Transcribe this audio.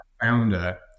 founder